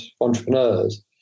entrepreneurs